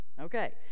okay